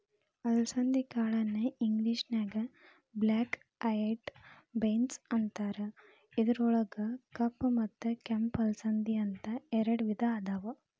ಅಲಸಂದಿ ಕಾಳನ್ನ ಇಂಗ್ಲೇಷನ್ಯಾಗ ಬ್ಲ್ಯಾಕ್ ಐಯೆಡ್ ಬೇನ್ಸ್ ಅಂತಾರ, ಇದ್ರೊಳಗ ಕಪ್ಪ ಮತ್ತ ಕೆಂಪ ಅಲಸಂದಿ, ಅಂತ ಎರಡ್ ವಿಧಾ ಅದಾವ